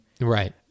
right